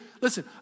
listen